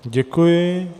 Děkuji.